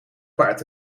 paard